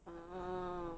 oh